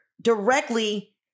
directly